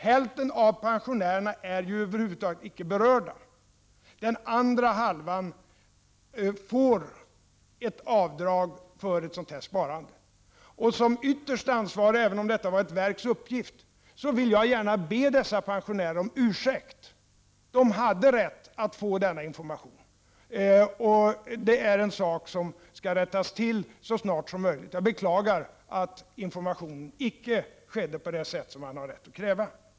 Hälften av pensionärerna är över huvud taget icke berörda. Den andra hälften får ett avdrag för detta sparande. Som ytterst ansvarig — även om uppgiften att informera låg på ett statligt verk — vill jag gärna be dessa pensionärer om ursäkt. De hade rätt att få denna information. Detta är något som skall rättas till så snart som möjligt. Jag beklagar att pensionärerna icke fick information på ett sådant sätt som man har rätt att kräva.